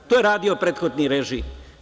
To je radio prethodni režim.